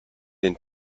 den